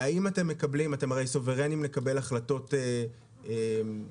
אתם הרי סוברנים לקבל החלטות עצמאיות,